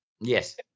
Yes